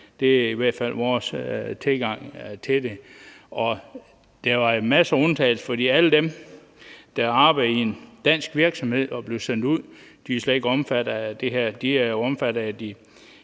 Det er i hvert fald vores tilgang til det. Der var en masse undtagelser, for alle dem, der arbejdede i en dansk virksomhed og blev sendt ud, var slet ikke omfattet af det her.